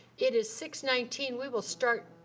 it is six nineteen, we will start,